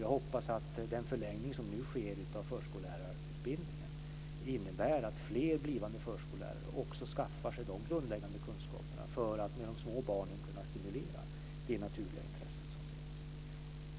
Jag hoppas att den förlängning som nu sker av förskollärarutbildningen innebär att fler blivande förskollärare också skaffar sig de grundläggande kunskaper som krävs för att kunna stimulera det naturliga intresse som finns hos de små barnen.